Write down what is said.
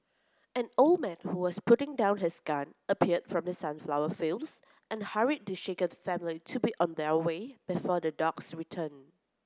an old man who was putting down his gun appeared from the sunflower fields and hurried the shaken family to be on their way before the dogs return